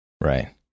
Right